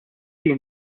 tim